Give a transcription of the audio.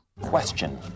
Question